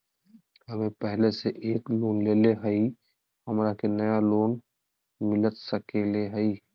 हमे पहले से एक लोन लेले हियई, हमरा के नया लोन मिलता सकले हई?